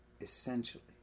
essentially